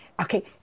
okay